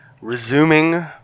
resuming